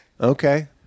Okay